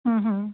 ਹਮ ਹਮ